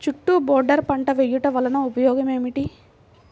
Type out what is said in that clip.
చుట్టూ బోర్డర్ పంట వేయుట వలన ఉపయోగం ఏమిటి?